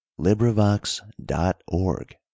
LibriVox.org